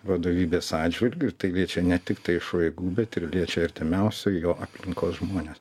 vadovybės atžvilgiu tai liečia ne tiktai šoigų bet ir liečia artimiausi jo aplinkos žmones